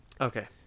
Okay